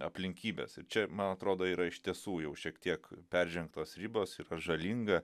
aplinkybes ir čia man atrodo yra iš tiesų jau šiek tiek peržengtos ribos yra žalinga